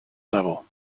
level